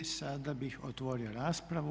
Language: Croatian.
I sada bih otvorio raspravu.